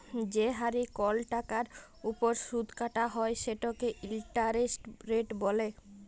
যে হারে কল টাকার উপর সুদ কাটা হ্যয় সেটকে ইলটারেস্ট রেট ব্যলে